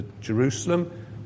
Jerusalem